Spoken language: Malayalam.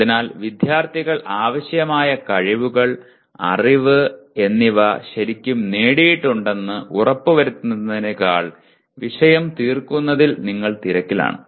അതിനാൽ വിദ്യാർത്ഥികൾ ആവശ്യമായ കഴിവുകൾ അറിവ് എന്നിവ ശരിക്കും നേടിയിട്ടുണ്ടെന്ന് ഉറപ്പുവരുത്തുന്നതിനേക്കാൾ വിഷയം തീർക്കുന്നതിൽ നിങ്ങൾ തിരക്കിലാണ്